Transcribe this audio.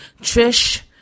Trish